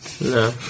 No